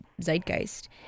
zeitgeist